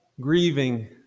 grieving